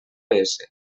gps